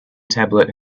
tablet